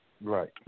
Right